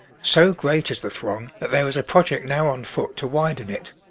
so great is the throng, that there is a project now on foot to widen it.